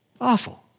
Awful